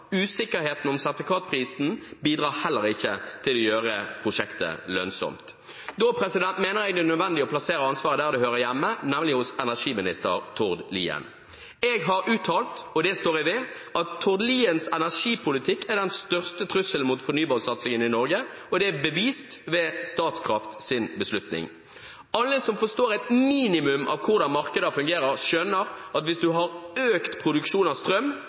Usikkerheten om sertifikatprisen bidrar heller ikke til å gjøre prosjektet lønnsomt. Da mener jeg det er nødvendig å plassere ansvaret der det hører hjemme, nemlig hos energiminister Tord Lien. Jeg har uttalt – og det står jeg ved – at Tord Liens energipolitikk «er den største trusselen mot fornybarsatsingen i Norge», og det er bevist ved Statkrafts beslutning. Alle som forstår et minimum av hvordan markeder fungerer, skjønner at hvis man har økt produksjon av strøm,